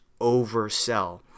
oversell